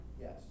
Yes